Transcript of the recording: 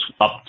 up